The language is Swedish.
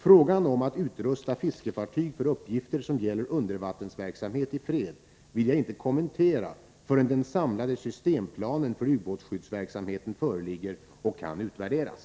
Frågan om att utrusta fiskefartyg för uppgifter som gäller undervattensverksamhet i fred vill jag inte kommentera förrän den samlade systemplanen för ubåtsskyddsverksamhet föreligger och kan utvärderas.